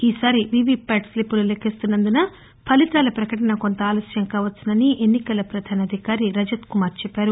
ఈ సారి వీవీప్యాట్ స్లిప్లను లెక్కిస్తున్నందున ఫలితాల పకటన కొంత ఆలస్యం కావచ్చునని ఎన్నికల ప్రధాన అధికారి రజిత్కుమార్ తెలిపారు